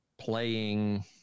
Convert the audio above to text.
playing